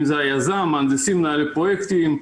אם זה היזם, מהנדסים, מנהלי פרויקטים.